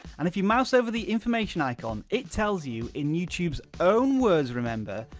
and if you mouse over the information icon, it tells you in youtube's own words remember,